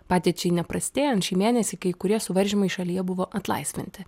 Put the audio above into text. padėčiai neprastėjant šį mėnesį kai kurie suvaržymai šalyje buvo atlaisvinti